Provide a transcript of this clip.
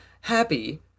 happy